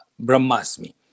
Brahmasmi